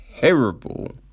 terrible